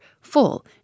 full